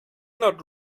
not